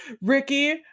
Ricky